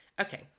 Okay